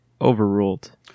overruled